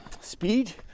speed